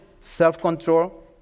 self-control